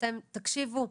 אתן תקשיבו,